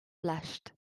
blushed